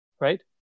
Right